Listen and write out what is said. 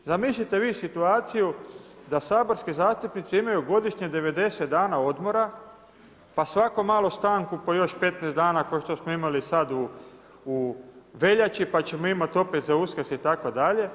Zamislite vi situaciju da saborski zastupnici imaju godišnje 90 dana odmora, pa svako malo stanku po još 15 dana kao što smo imali sad u veljači, pa ćemo imati opet za Uskrs itd.